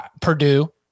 Purdue